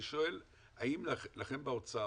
אני שואל האם לכם באוצר,